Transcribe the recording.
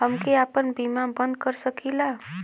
हमके आपन बीमा बन्द कर सकीला?